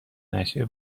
نشئه